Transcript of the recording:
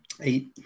eight